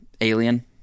alien